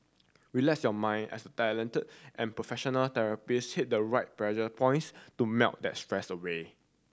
relax your mind as the talented and professional therapist hit the right pressure points to melt that stress away